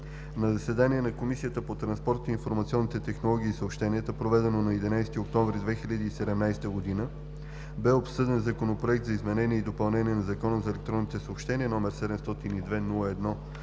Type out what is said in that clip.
На заседание на Комисията по транспорт, информационните технологии и съобщенията, проведено на 20 октомври 2017 г., бе обсъден Законопроект за изменение и допълнение на Закона за движение по пътищата, № 754-01-68,